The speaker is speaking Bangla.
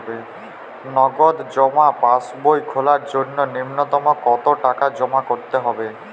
নগদ জমা পাসবই খোলার জন্য নূন্যতম কতো টাকা জমা করতে হবে?